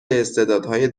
استعدادهای